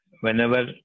Whenever